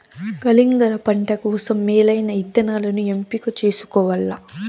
కలింగర పంట కోసం మేలైన ఇత్తనాలను ఎంపిక చేసుకోవల్ల